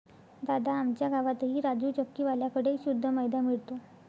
दादा, आमच्या गावातही राजू चक्की वाल्या कड़े शुद्ध मैदा मिळतो